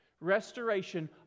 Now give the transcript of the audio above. restoration